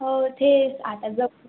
हो तेच आता जर